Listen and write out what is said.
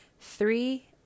Three